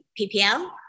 PPL